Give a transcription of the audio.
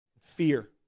fear